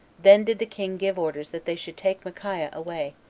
then did the king give orders that they should take micaiah away,